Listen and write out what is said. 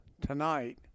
tonight